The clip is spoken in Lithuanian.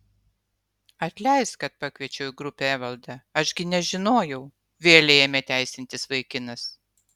atleisk kad pakviečiau į grupę evaldą aš gi nežinojau vėlei ėmė teisintis vaikinas